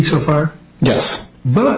so far yes but